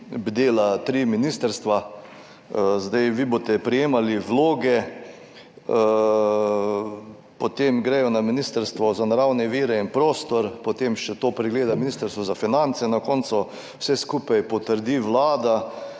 bdela tri ministrstva. Vi boste prejemali vloge, potem gredo na Ministrstvo za naravne vire in prostor, potem to pregleda še Ministrstvo za finance, na koncu vse skupaj potrdi Vlada.